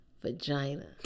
Vagina